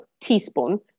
teaspoon